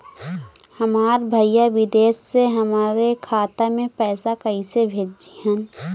हमार भईया विदेश से हमारे खाता में पैसा कैसे भेजिह्न्न?